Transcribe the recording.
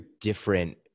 different